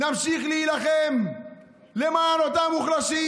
נמשיך להילחם למען אותם מוחלשים,